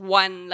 one